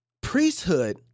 Priesthood